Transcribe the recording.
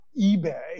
eBay